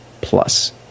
Plus